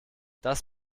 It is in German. das